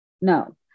No